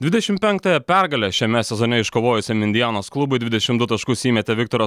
dvidešim penktąją pergalę šiame sezone iškovojusiam indianos klubui dvidešim du taškus įmetė viktoras